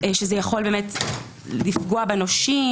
שזה יכול לפגוע בנושים,